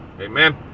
Amen